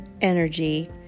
energy